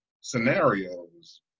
scenarios